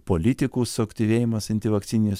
politikų suaktyvėjimas antivakcininis